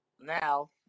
Now